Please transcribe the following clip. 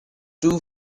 two